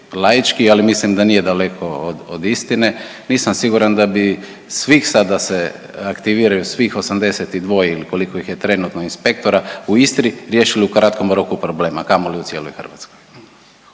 laički, ali mislim da nije daleko od istine. Nisam siguran da bi svi sada da se aktiviraju svih 82 ili koliko ih je trenutno inspektora u Istri riješili u kratkom roku problem, a kamoli u cijeloj Hrvatskoj.